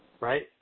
right